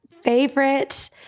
favorite